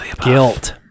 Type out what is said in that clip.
guilt